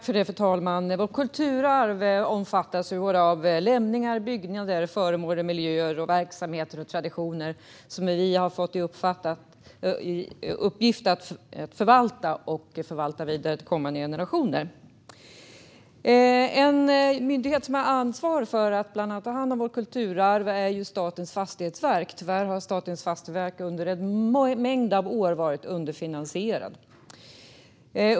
Fru talman! Vårt kulturarv omfattas av såväl lämningar som byggnader, föremål, miljöer, verksamheter och traditioner som vi har fått i uppgift att förvalta och föra vidare till kommande generationer. En myndighet som bland annat har ansvar för att ta hand om vårt kulturarv är Statens fastighetsverk. Tyvärr har Statens fastighetsverk under en mängd år varit underfinansierat.